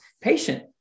patient